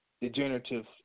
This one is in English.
Degenerative